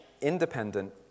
independent